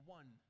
one